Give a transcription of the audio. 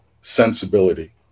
sensibility